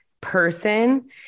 person